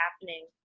happening